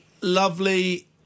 lovely